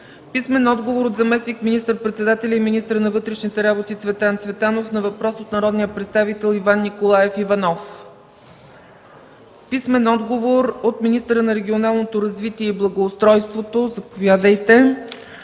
Нинова; - заместник министър-председателя и министър на вътрешните работи Цветан Цветанов на въпрос от народния представител Иван Николаев Иванов; - министъра на регионалното развитие и благоустройството Лиляна